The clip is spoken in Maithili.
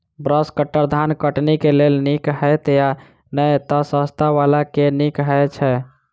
ब्रश कटर धान कटनी केँ लेल नीक हएत या नै तऽ सस्ता वला केँ नीक हय छै?